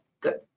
good